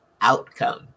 outcome